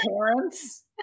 parents